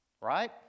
right